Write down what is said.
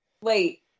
Wait